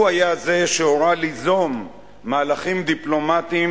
הוא היה זה שהורה ליזום מהלכים דיפלומטיים